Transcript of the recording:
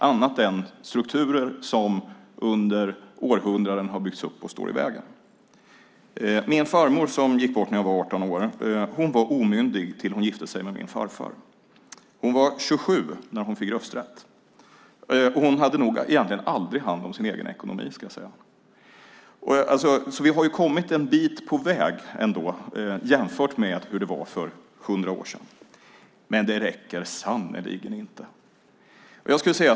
Det är strukturer som har byggts upp under århundraden som står i vägen. Min farmor, som gick bort när jag var 18 år, var omyndig tills hon gifte sig med min farfar. Hon var 27 år när hon fick rösträtt. Hon hade nog aldrig hand om sin egen ekonomi. Vi har ju kommit en bit på väg jämfört med hur det var för 100 år sedan, men det räcker sannerligen inte.